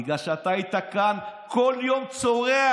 בגלל שאתה היית כאן כל יום צורח: